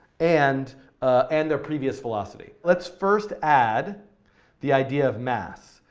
and and their previous velocity. let's first add the idea of mass.